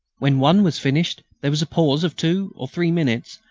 when one was finished there was a pause of two or three minutes.